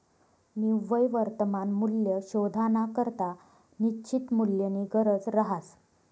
निव्वय वर्तमान मूल्य शोधानाकरता निश्चित मूल्यनी गरज रहास